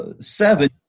seven